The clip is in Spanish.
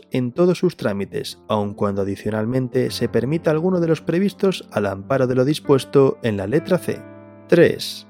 en todos sus trámites, aun cuando adicionalmente se permita alguno de los previstos al amparo de lo dispuesto en la letra C. Tres.